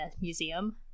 museum